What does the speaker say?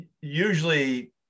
usually